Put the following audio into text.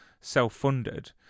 self-funded